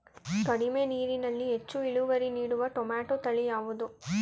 ಕಡಿಮೆ ನೀರಿನಲ್ಲಿ ಹೆಚ್ಚು ಇಳುವರಿ ನೀಡುವ ಟೊಮ್ಯಾಟೋ ತಳಿ ಯಾವುದು?